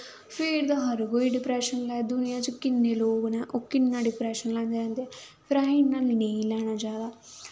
फिर ते हर कोई डिप्रैशन लै दुनियां च किन्ने लोग न ओह् किन्ना डिप्रैशन लैंदे न फिर असें इन्ना नेईं लैना चाहिदा